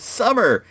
summer